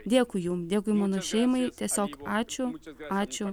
dėkui jum dėkui mano šeimai tiesiog ačiū ačiū